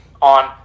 on